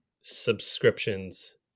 subscriptions